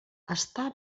estava